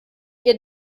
ihr